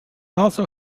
also